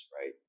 right